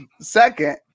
Second